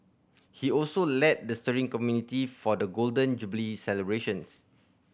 he also led the steering committee for the Golden Jubilee celebrations